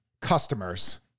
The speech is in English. Customers